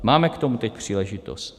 Máme k tomu teď příležitost.